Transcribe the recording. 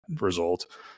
result